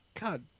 God